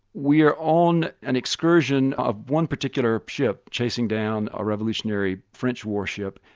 we are on an excursion of one particular ship chasing down a revolutionary french warship.